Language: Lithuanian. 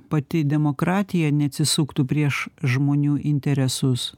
pati demokratija neatsisuktų prieš žmonių interesus